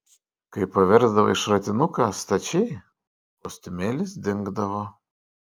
kai paversdavai šratinuką stačiai kostiumėlis dingdavo